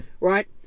right